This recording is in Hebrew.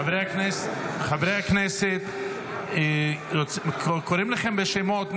חברי הכנסת, קוראים לכם בשמות.